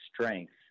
strength